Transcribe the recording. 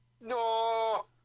No